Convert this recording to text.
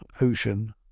ocean